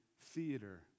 theater